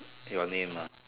your name lah